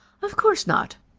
of course not.